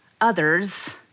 others